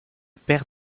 père